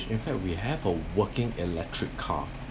in fact we have a working electric car